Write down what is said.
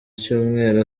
icyumweru